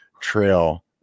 trail